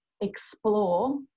explore